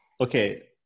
Okay